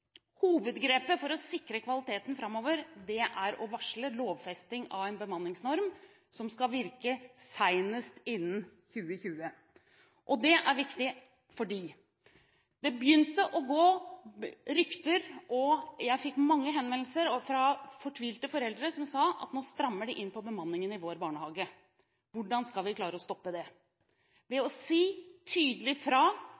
Hovedgrepet for å sikre kvaliteten framover er å varsle lovfesting av en bemanningsnorm som skal virke senest innen 2020. Det er viktig, fordi det begynte å gå rykter, og jeg fikk mange henvendelser fra fortvilte foreldre som sa at nå strammer de inn på bemanningen i vår barnehage. Hvordan skal vi klare å stoppe det? Ved å si tydelig fra